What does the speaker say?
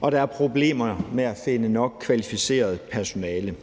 og der er problemer med at finde nok kvalificeret personale.